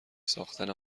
ساختن